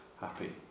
happy